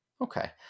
okay